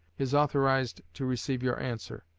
is authorized to receive your answer,